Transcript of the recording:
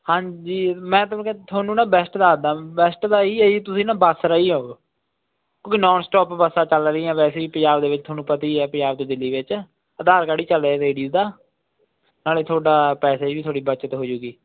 ਹਾਂਜੀ ਮੈਂ ਤੁਹਾਨੂੰ ਕਿਹਾ ਥੋਨੂੰ ਨਾ ਬੈਸਟ ਦੱਸਦਾ ਬੈਸਟ ਦਾ ਇਹ ਹੀ ਐ ਜੀ ਤੁਸੀਂ ਨਾ ਬੱਸ ਰਾਹੀਂ ਆਓ ਕਿਉਂਕਿ ਨੋਨ ਸਟੋਪ ਬੱਸਾਂ ਚੱਲ ਰਹੀਆਂ ਵੈਸੇ ਹੀ ਪੰਜਾਬ ਦੇ ਵਿੱਚ ਤੁਹਾਨੂੰ ਪਤਾ ਹੀ ਹੈ ਪੰਜਾਬ ਅਤੇ ਦਿੱਲੀ ਵਿੱਚ ਆਧਾਰ ਕਾਰਡ ਹੀ ਚੱਲ ਰਿਹਾ ਲੇਡੀਜ ਦਾ ਨਾਲ ਤੁਹਾਡਾ ਪੈਸੇ ਦੀ ਥੋੜ੍ਹੀ ਬਚਤ ਹੋ ਜੂਗੀ